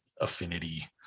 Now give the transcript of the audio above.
affinity